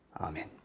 Amen